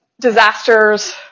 disasters